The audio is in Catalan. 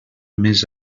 més